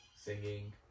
singing